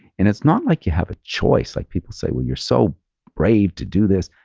and it's not like you have a choice. like people say, well, you're so brave to do this,